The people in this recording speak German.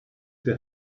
der